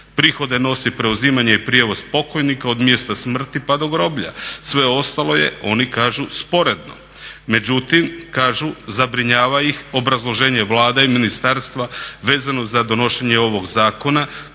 Prihode nosi preuzimanje i prijevoz pokojnika od mjesta smrti pa do groblja, sve ostalo je oni kažu sporedno. Međutim, kažu zabrinjava ih obrazloženje Vlade i ministarstva vezano za donošenje ovog zakona,